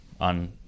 on